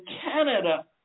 Canada